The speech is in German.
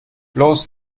bloß